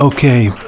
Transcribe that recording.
Okay